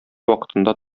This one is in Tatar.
вакытында